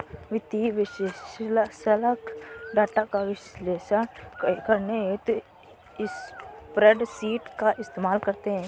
वित्तीय विश्लेषक डाटा का विश्लेषण करने हेतु स्प्रेडशीट का इस्तेमाल करते हैं